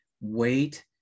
wait